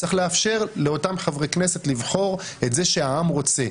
צריך לאפשר לאותם חברי כנסת לבחור את זה שהעם רוצה.